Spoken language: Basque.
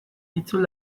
itzul